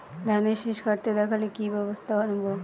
ধানের শিষ কাটতে দেখালে কি ব্যবস্থা নেব?